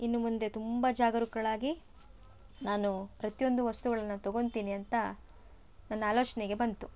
ಇನ್ನು ಮುಂದೆ ತುಂಬ ಜಾಗರೂಕಳಾಗಿ ನಾನು ಪ್ರತಿಯೊಂದು ವಸ್ತುಗಳನ್ನು ತಗೊತಿನಿ ಅಂತ ನನ್ನ ಆಲೋಚನೆಗೆ ಬಂತು